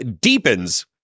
deepens